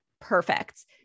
perfect